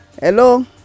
hello